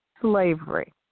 slavery